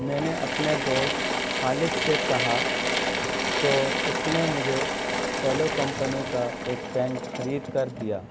میں نے اپنے دوست خالد سے کہا تو اس نے مجھے سیلو کمپنی کا ایک پین خرید کر دیا